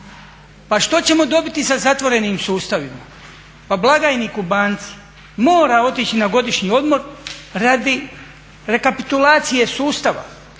Pa što ćemo dobiti sa zatvorenim sustavima? Pa blagajnik u banci mora otići na godišnji odmor radi rekapitulacije sustava